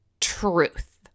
truth